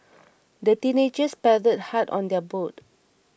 the teenagers paddled hard on their boat